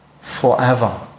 forever